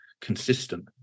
consistent